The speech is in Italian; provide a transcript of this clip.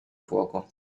fuoco